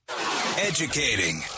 Educating